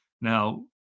Now